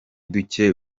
duke